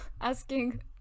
asking